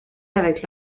avec